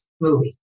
movie